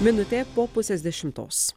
minutė po pusės dešimtos